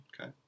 Okay